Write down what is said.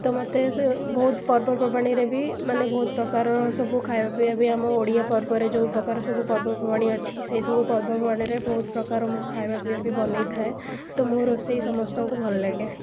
ତ ମୋତେ ସେ ବହୁତ ପର୍ବପର୍ବାଣିରେ ବି ମାନେ ବହୁତ ପ୍ରକାରର ସବୁ ଖାଇବା ପିଇବା ବି ଆମ ଓଡ଼ିଆ ପର୍ବରେ ଯେଉଁ ପ୍ରକାର ସବୁ ପର୍ବପର୍ବାଣି ଅଛି ସେସବୁ ପର୍ବପର୍ବାଣିରେ ବହୁତ ପ୍ରକାର ମୁଁ ଖାଇବା ପିଇବା ବି ବନାଇଥାଏ ତ ମୋ ରୋଷେଇ ସମସ୍ତଙ୍କୁ ଭଲ ଲାଗେ